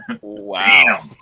Wow